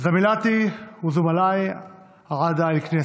זמילאתי וזומלאיי אעדאא אל-כנסת.